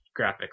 graphics